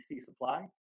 Supply